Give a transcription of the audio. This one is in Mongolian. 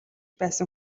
байсан